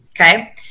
okay